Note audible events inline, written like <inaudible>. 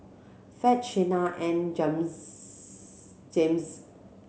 Fed Shenna and <unintelligible> Jazmyne